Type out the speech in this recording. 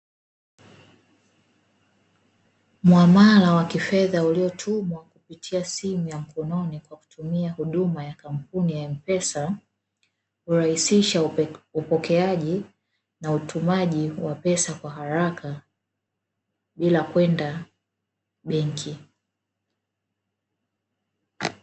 Muamala wa kifedha uliotumwa kupitia simu ya mkononi kwa kutumia huduma ya kampuni ya mpesa, kurahisisha upokeaji na utumaji wa pesa kwa haraka bila kwenda benki.